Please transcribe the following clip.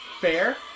Fair